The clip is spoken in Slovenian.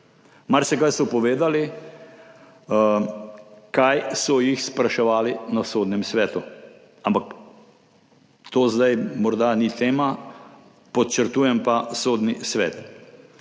Marsikaj so povedali, kaj so jih spraševali na Sodnem svetu, ampak to zdaj morda ni tema, podčrtujem pa Sodni svet.